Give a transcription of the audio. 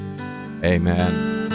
Amen